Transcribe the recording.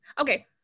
Okay